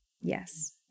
Yes